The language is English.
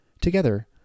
Together